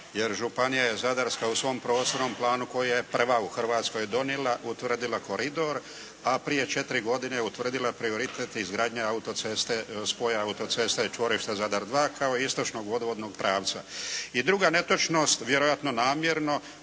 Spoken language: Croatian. jer županija je Zadarska u svom prostornom planu koja je prva u Hrvatskoj donijela utvrdila koridor, a prije 4 godine utvrdila prioritet izgradnje autoceste, spoj autoceste i čvorišta Zadar 2 kao istočnog vodovodnog pravca. I druga netočnost, vjerojatno namjerno,